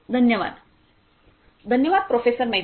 धन्यवाद धन्यवाद प्रोफेसर मैती